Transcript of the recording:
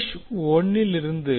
mesh 1 லிருந்து